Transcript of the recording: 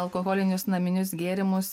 alkoholinius naminius gėrimus